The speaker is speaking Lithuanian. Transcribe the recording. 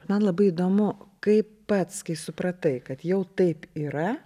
man labai įdomu kaip pats kai supratai kad jau taip yra